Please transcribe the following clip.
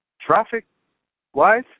traffic-wise